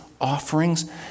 offerings